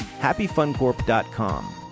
HappyFunCorp.com